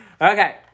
Okay